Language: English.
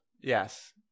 Yes